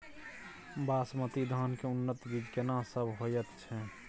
बासमती धान के उन्नत बीज केना सब होयत छै?